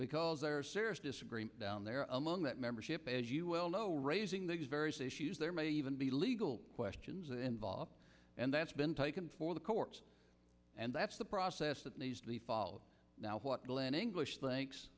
because there are serious disagreement down there among that membership as you well know raising these various issues there may even be legal questions involved and that's been taken for the courts and that's the process that needs to be followed now what glenn english thinks